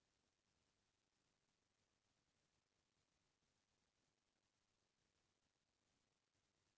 कोनों भी बेंक ल जादातर नुकसानी पर्सनल लोन दिये म हो जाथे